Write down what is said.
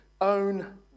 own